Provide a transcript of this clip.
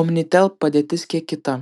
omnitel padėtis kiek kita